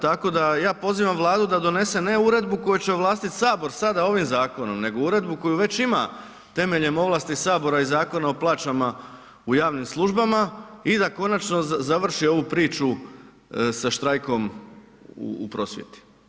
Tako da ja pozivam Vladu da donese ne uredbu koju će ovlastit sabor sada ovim zakonom nego uredbu koju već ima temeljem ovlasti sabora i zakona o plaćama u javnim službama i da konačno završi ovu priču sa štrajkom u prosvjeti.